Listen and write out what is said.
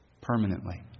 permanently